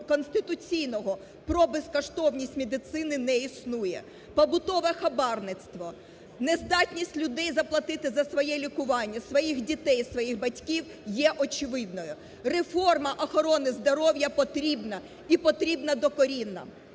конституційного про безкоштовність медицини не існує. Побутове хабарництво, нездатність людей заплатити за своє лікування, своїх дітей і своїх батьків є очевидною. Реформа охорони здоров'я потрібна! І потрібна докорінна.